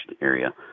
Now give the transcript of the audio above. area